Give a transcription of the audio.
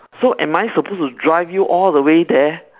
so am I supposed to drive you all the way there